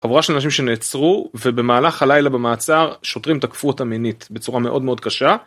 חבורה של אנשים שנעצרו ובמהלך הלילה במעצר שוטרים תקפו אותה מינית בצורה מאוד מאוד קשה.